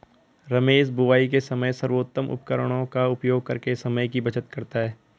रमेश बुवाई के समय सर्वोत्तम उपकरणों का उपयोग करके समय की बचत करता है